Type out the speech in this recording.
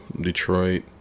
Detroit